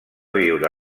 viure